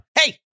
hey